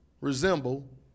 resemble